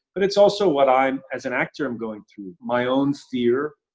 but it's also what i'm, as an actor, am going through. my own fear.